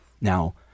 Now